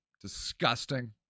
disgusting